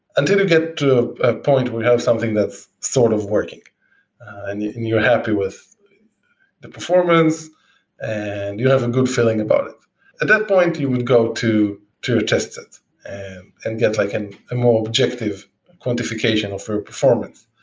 until you get to a point where you have something that's sort of working and and you're happy with the performance and you have a good feeling about it, at that point you would go to to test it and and get like and a more objective quantification of your performance.